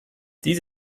dies